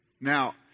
Now